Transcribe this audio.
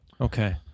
Okay